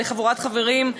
לחבורת חברים,